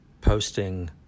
posting